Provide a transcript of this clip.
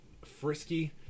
frisky